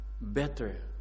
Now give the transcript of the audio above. better